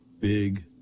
big